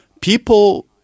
people